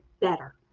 better